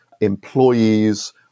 employees